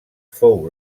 fou